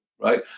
right